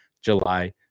July